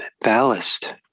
ballast